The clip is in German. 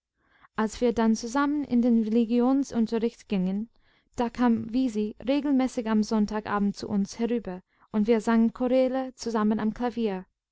als wir dann zusammen in den religionsunterricht gingen da kam wisi regelmäßig am sonntagabend zu uns herüber und wir sangen choräle zusammen am klavier